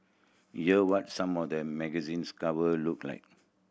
here what some of the magazines cover looked like